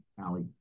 Allie